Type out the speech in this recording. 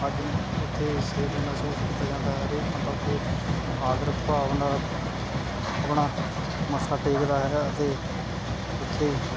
ਅੱਜ ਉੱਥੇ ਸੇਫ ਮਹਿਸੂਸ ਕੀਤਾ ਜਾਂਦਾ ਹਰੇਕ ਬੰਦਾ ਉੱਥੇ ਆਦਰ ਭਾਵ ਨਾਲ ਆਪਣਾ ਮੱਥਾ ਟੇਕਦਾ ਹੈ ਅਤੇ ਉੱਥੇ